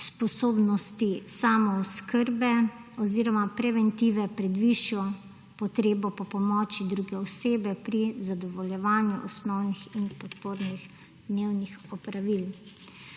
sposobnosti samooskrbe oziroma preventive pred višjo potrebo po pomoči druge osebe pri zadovoljevanju osnovnih in podpornih dnevnih opravilih.